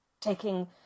taking